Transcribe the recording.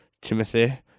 timothy